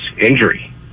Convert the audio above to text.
injury